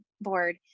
board